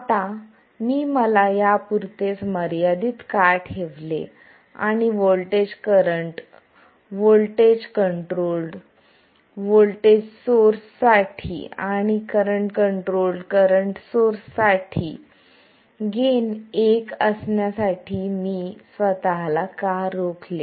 आता मी मला यापुरतेच मर्यादित का ठेवले आणि व्होल्टेज कंट्रोल्ड व्होल्टेज सोर्स साठी आणि करंट कंट्रोल्ड करंट सोर्स साठी गेन एक असण्यासाठी मी स्वत ला का रोखले